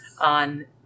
on